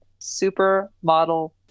supermodel